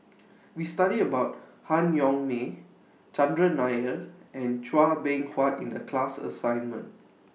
We studied about Han Yong May Chandran Nair and Chua Beng Huat in The class assignment